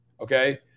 okay